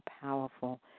powerful